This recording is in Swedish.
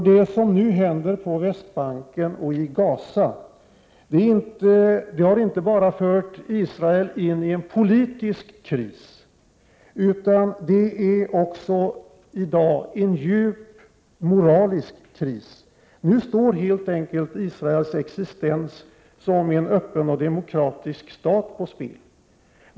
Det som nu händer på Västbanken och i Gaza har inte bara fört Israel in i en politisk kris, utan landet är i dag också i en djup, moralisk kris. Nu står helt enkelt Israels existens som en öppen och demokratisk stat på spel.